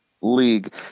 league